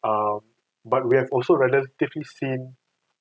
um but we have also relatively seen